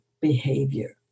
behavior